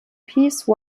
peace